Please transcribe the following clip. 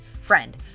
Friend